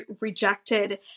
rejected